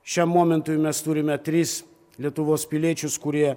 šiam momentui mes turime tris lietuvos piliečius kurie